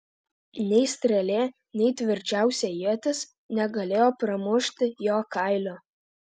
nei strėlė nei tvirčiausia ietis negalėjo pramušti jo kailio